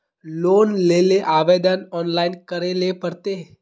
Loan लेले आवेदन online करे ले पड़ते?